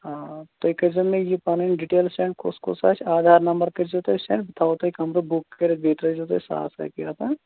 آ تُہۍ کٔرۍ زیٚو مےٚ یہِ پَنٕنۍ ڈِٹیل سیٚنٛڈ کُس کُس آسہِ آدھار نمبر کٔرۍ زیٚو تُہۍ سٮ۪نٛڈ بہٕ تھاوو تۄہہِ کَمرٕ بُک کٔرِتھ بیٚیہِ ترٛٲیِزیٚو تُہۍ ساس رۄپیہِ اَتھ ہاں